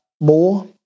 more